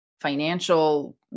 financial